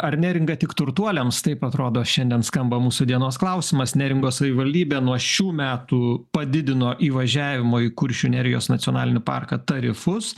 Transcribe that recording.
ar neringa tik turtuoliams taip atrodo šiandien skamba mūsų dienos klausimas neringos savivaldybė nuo šių metų padidino įvažiavimo į kuršių nerijos nacionalinį parką tarifus